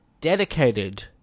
dedicated